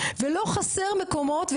ולא חסר מקומות.